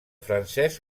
francesc